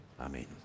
Amen